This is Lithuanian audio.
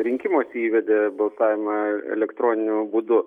rinkimuose įvedė balsavimą elektroniniu būdu